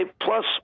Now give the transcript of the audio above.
plus